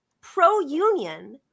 pro-union